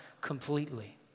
completely